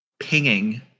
pinging